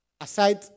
aside